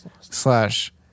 slash